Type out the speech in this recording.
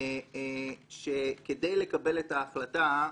שכדי לקבל את ההחלטה,